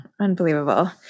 unbelievable